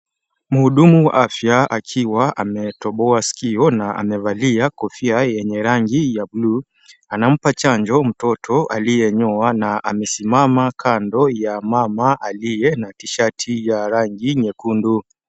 Mhudumu wa afya akiwa ametoboa sikio na amevalia kofia yenye rangi ya bluu, anampa chanjo mtoto aliyenyoa na amesimama kando ya mama aliye na tishati ya rangi nyekundu.